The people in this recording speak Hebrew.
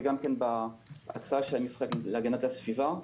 זה גם כן בהצעה של המשרד להגנת הסביבה.